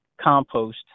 compost